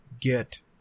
get